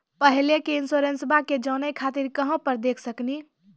पहले के इंश्योरेंसबा के जाने खातिर कहां पर देख सकनी?